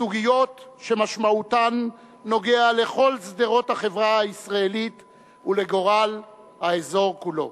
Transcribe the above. סוגיות שמשמעותן נוגעת בכל שדרות החברה הישראלית ובגורל האזור כולו,